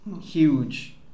huge